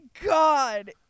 god